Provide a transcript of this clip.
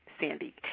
Sandy